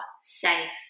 safe